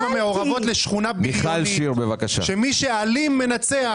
המעורבות לשכונה בריונית שבה מי שאלים מנצח.